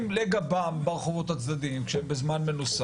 עליהם ברחובות הצדדיים כשהם בזמן מנוסה.